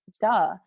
duh